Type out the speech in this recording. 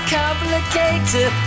complicated